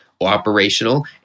operational